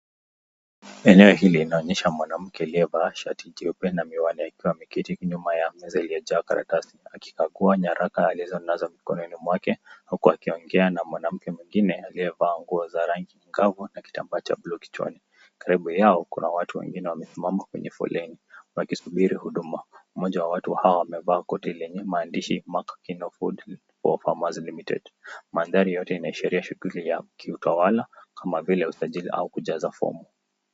Eneo hili linaonyesha mwanamke aliyevaa shati jeupe na miwani akiwa ameketi kinyume ya meza iliyojaa karatasi. Akikagua nyaraka alizonazo mkononi mwake huku akiongea na mwanamke mwingine aliyevaa nguo za rangi ngavu na kitambaa cha blue kichwani. Karibu yao kuna watu wengine wamesimama kwenye foleni wakisubiri huduma. Mmoja wa watu hawa amevaa koti lenye maandishi Mark Kino Food fo Farmers Limited . Mandhari yote inaashiria shughuli ya kiutawala kama vile usajili au kujaza fomu.